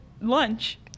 lunch